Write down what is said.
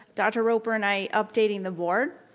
dr. roper and i updating the board,